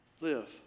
live